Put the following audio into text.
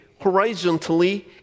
horizontally